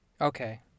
Okay